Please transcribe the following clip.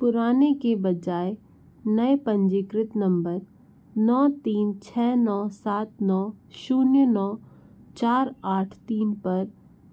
पुराने के बजाय नए पंजीकृत नम्बर नौ तीन छः नौ सात नौ शून्य नौ चार आठ तीन पर